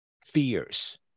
fears